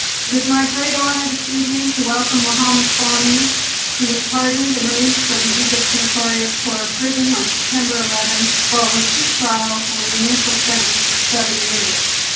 it is my great honor this evening to welcome mohamed fahmy who was pardoned and released from egypt's notorious tora prison on september eleventh following two trials and an initial sentence of seven years.